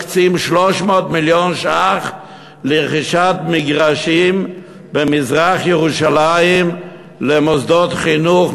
מקצים 300 מיליון ש"ח לרכישת מגרשים במזרח-ירושלים למוסדות חינוך,